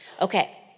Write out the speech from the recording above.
Okay